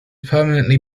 permanently